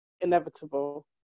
inevitable